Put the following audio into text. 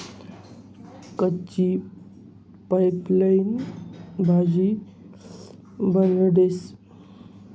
कच्ची पपईनी भाजी बनाडतंस